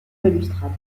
balustrade